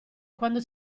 quando